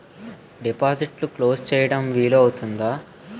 డిపాజిట్లు క్లోజ్ చేయడం వీలు అవుతుందా?